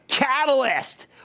Catalyst